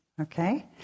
Okay